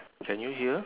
can you hear